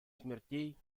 смертей